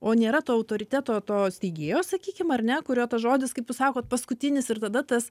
o nėra to autoriteto to steigėjo sakykim ar ne kurio tas žodis kaip jūs sakot paskutinis ir tada tas